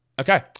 Okay